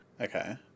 Okay